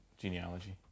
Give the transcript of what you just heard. genealogy